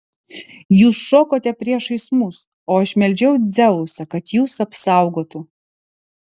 jūs šokote priešais mus o aš meldžiau dzeusą kad jus apsaugotų